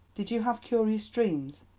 did you have curious dreams?